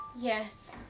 Yes